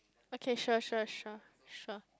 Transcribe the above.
okay sure sure sure sure